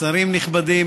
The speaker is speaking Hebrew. שרים נכבדים,